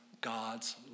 God's